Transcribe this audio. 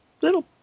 little